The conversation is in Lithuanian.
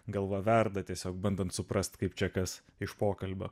galva verda tiesiog bandant suprasti kaip čekas iš pokalbio